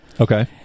Okay